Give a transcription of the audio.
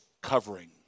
covering